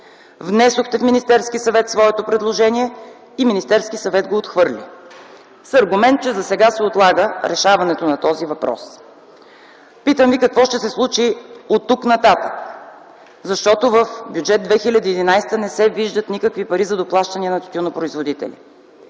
Внесохте в Министерския съвет своето предложение и Министерският съвет го отхвърли с аргумент, че засега се отлага решаването на този въпрос. Питам Ви: какво ще се случи оттук нататък, защото в Бюджет 2011 не се виждат никакви пари за доплащания на тютюнопроизводителите?